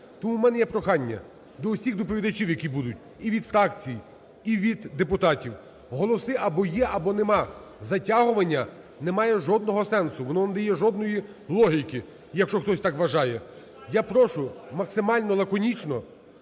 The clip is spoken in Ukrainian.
Тому в мене є прохання до усіх доповідачів, які будуть і від фракцій, і від депутатів, голоси або є, або немає. Затягування не має жодного сенсу, воно не дає жодної логіки, якщо хтось так вважає. Я прошу максимально лаконічно,